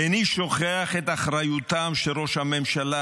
איני שוכח את אחריותם של ראש הממשלה,